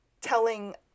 telling